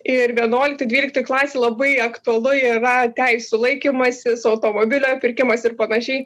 ir vienuoliktoj dvyliktoj klasėj labai aktualu yra teisių laikymasis automobilio pirkimas ir panašiai